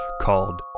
called